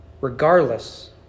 Regardless